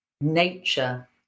nature